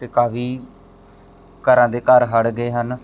ਅਤੇ ਕਾਫੀ ਘਰਾਂ ਦੇ ਘਰ ਹੜ੍ਹ ਗਏ ਹਨ